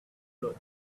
float